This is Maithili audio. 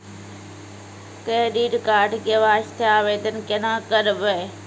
क्रेडिट कार्ड के वास्ते आवेदन केना करबै?